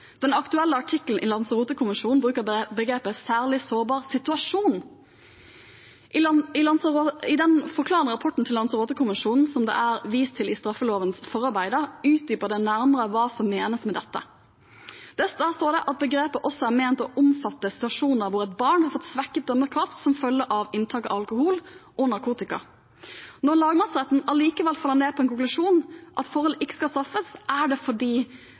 Den aktuelle artikkelen i Lanzarote-konvensjonen bruker begrepet «særlig sårbar situasjon». I den forklarende rapporten til Lanzarote-konvensjonen, som det er vist til i straffelovens forarbeider, utdypes det nærmere hva som menes med dette. Der står det at begrepet også er ment å omfatte situasjoner hvor et barn har fått svekket dømmekraft som følge av inntak av alkohol og narkotika. Når lagmannsretten allikevel faller ned på en konklusjon om at forholdet ikke skal straffes, er det fordi